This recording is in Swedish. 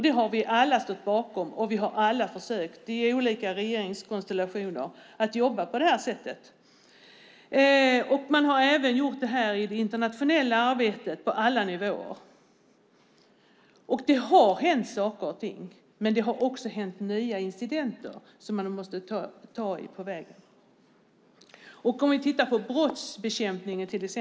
Det har vi alla stått bakom, och vi har alla i olika regeringskonstellationer försökt att jobba på detta sätt. Man har även gjort detta i det internationella arbetet på alla nivåer. Det har hänt saker och ting, men det har skett nya incidenter som man måste ta tag i på vägen. Man kan titta på exempelvis brottsbekämpningen.